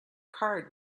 card